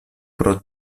pro